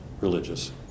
religious